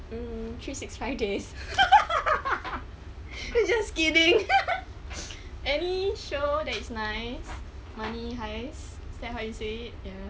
mm three six five days just kidding any show that it's nice money heist is that how you say it